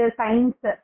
science